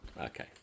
Okay